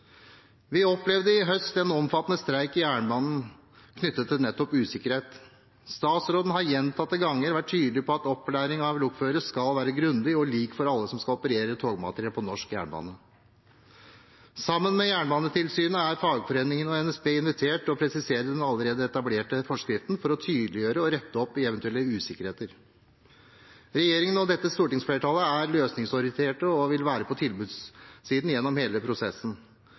Vi opplevde i høst en omfattende streik i jernbanen knyttet til nettopp usikkerhet. Statsråden har gjentatte ganger vært tydelig på at opplæring av lokførere skal være grundig og lik for alle som skal operere togmateriell på norsk jernbane. Sammen med Jernbanetilsynet er fagforeningene og NSB invitert til å presisere den allerede etablerte forskriften for å tydeliggjøre og rette opp i eventuell usikkerhet. Regjeringen og stortingsflertallet er løsningsorientert og vil være på tilbudssiden gjennom hele denne prosessen.